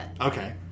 Okay